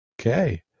Okay